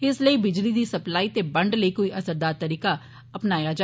इस लेई बिजली दी सप्लाई ते बंड लेई कोई असरदार तरीका ए कार अपनाया जा